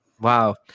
Wow